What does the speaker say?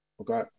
Okay